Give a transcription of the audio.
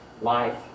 Life